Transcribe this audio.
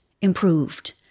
improved